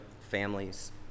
families